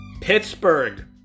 Pittsburgh